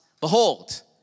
Behold